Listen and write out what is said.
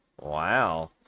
Wow